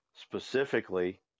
specifically